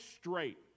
straight